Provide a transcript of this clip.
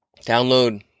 Download